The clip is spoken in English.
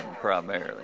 primarily